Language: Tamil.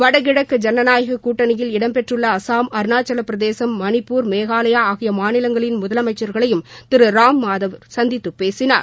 வடகிழக்கு ஜனநாயக கூட்டணியில் இடம்பெற்றுள்ள அசாம் அருணாச்சல பிரதேசம் மணிப்பூர் மேகாலயா ஆகிய மாநிலங்களின் முதலமைச்சர்களையும் திரு ராம்மாதவ் சந்தித்து பேசினார்